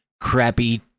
crappy